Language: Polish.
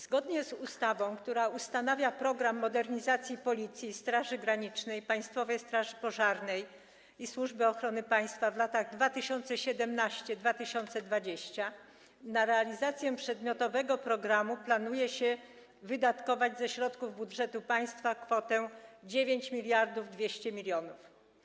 Zgodnie z ustawą, która ustanawia „Program modernizacji Policji, Straży Granicznej, Państwowej Straży Pożarnej i Służby Ochrony Państwa w latach 2017-2020”, na realizację przedmiotowego programu planuje się wydatkować ze środków budżetu państwa kwotę 9200 mln.